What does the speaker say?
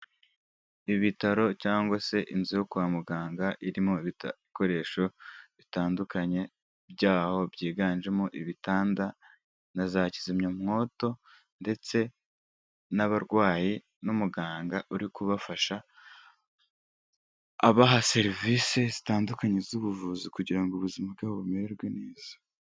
Ibitaro cyangwa se inzu yo kwa muganga, irimo ibikoresho bitandukanye byaho byiganjemo ibitanda na za kizimyamwoto ndetse n'abarwayi n'umuganga uri kubafasha, abaha serivisi zitandukanye z'ubuvuzi kugira ngo ubuzima bwabo bumererwe neza.